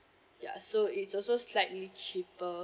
ya so it's also slightly cheaper